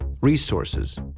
resources